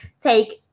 take